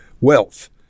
wealth